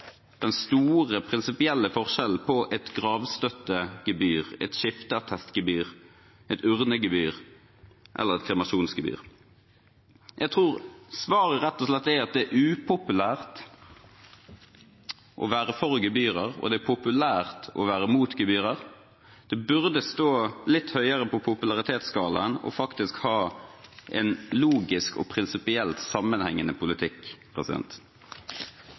den store prinsipielle forskjellen på et gravstøttegebyr, et skifteattestgebyr, et urnegebyr og et kremasjonsgebyr? Jeg tror svaret rett og slett er at det er upopulært å være for gebyrer, og det er populært å være mot gebyrer. Det burde stå litt høyere på popularitetsskalaen faktisk å ha en logisk og prinsipiell, sammenhengende politikk.